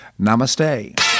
Namaste